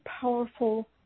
powerful